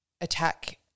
attack